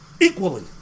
Equally